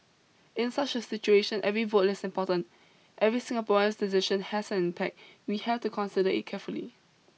in such a situation every vote is important every Singaporean's decision has an impact we have to consider it carefully